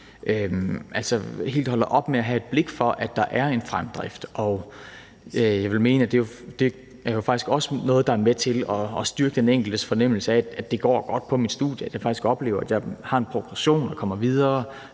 helt holder op med at have et blik for, at der er en fremdrift. Og jeg vil mene, at det faktisk også er noget, der er med til at styrke den enkeltes fornemmelse af, at det går godt på studiet, og at man faktisk oplever, at man har en progression og kommer videre,